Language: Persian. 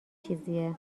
چیزیه